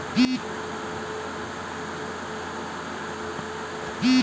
যেকোন জমিতে একের পর এক বহুবার চাষ করার পদ্ধতি কে বহুফসলি কৃষি বলা হয়